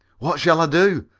what shall i do?